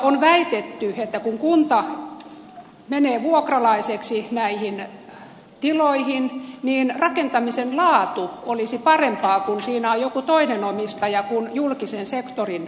on väitetty että kun kunta menee vuokralaiseksi näihin tiloihin niin rakentamisen laatu olisi parempaa kun siinä on joku toinen omistaja kuin julkisen sektorin omistaja